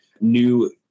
new